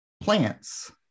Plants